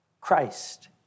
Christ